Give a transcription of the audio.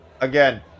Again